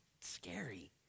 scary